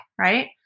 right